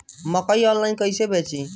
मकई आनलाइन कइसे बेची?